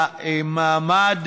למעמד